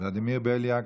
ולדימיר בליאק,